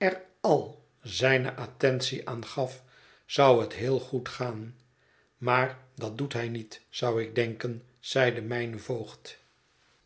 al zijne attentie aan gaf zou het heel goed gaan maar dat doet hij niet zou ik denken zeide mijn voogd